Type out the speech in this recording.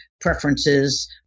preferences